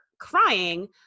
crying